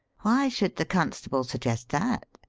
why should the constable suggest that?